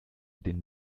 den